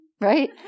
right